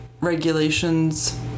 regulations